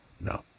no